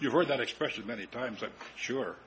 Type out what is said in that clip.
you heard that expression many times i'm sure